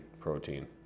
protein